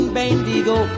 bendigo